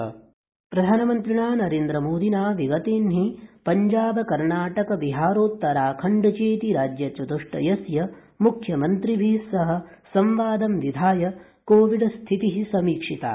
Covid स्थितेः समीक्षा प्रधानमन्त्रिणा नरेन्द्रमोदिना विगतेहिन पञ्जाब कर्नाटक बिहारोत्तराखण्डचेति राज्यचतुष्टयस्य मुख्यमन्त्रिभिः सह संवादं विधाय कोविड स्थिते समीक्षिता